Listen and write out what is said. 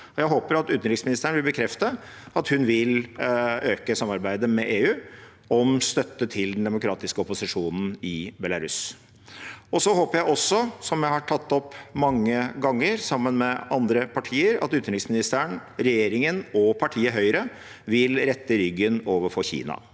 Jeg håper at utenriksministeren vil bekrefte at hun vil øke samarbeidet med EU om støtte til den demokratiske opposisjonen i Belarus. Jeg håper også, som jeg har tatt opp mange ganger sammen med andre partier, at utenriksministeren, regjeringen og partiet Høyre vil rette ryggen overfor Kina.